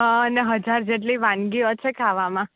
હં ને હજાર જેટલી વાનગીઓ છે ખાવામાં